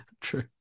true